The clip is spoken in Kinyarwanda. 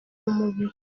mubiri